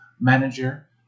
manager